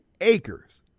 acres